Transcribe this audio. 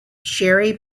sherry